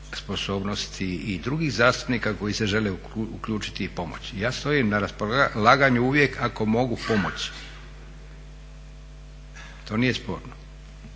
sposobnosti i drugih zastupnika koji se žele uključiti i pomoći. Ja stojim na raspolaganju uvijek ako mogu pomoći, to nije sporno